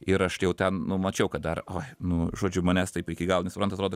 ir aš jau ten nu mačiau kad dar oi nu žodžiu manęs taip iki galo nesupranta atrodo